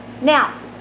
Now